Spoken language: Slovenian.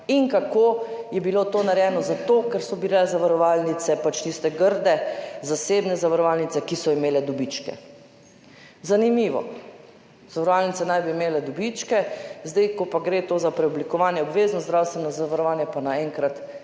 Kako je bilo to narejeno zato, ker so bile zavarovalnice pač tiste grde, zasebne zavarovalnice, ki so imele dobičke. Zanimivo, zavarovalnice naj bi imele dobičke, zdaj, ko pa gre za preoblikovanje v obvezno zdravstveno zavarovanje, pa naenkrat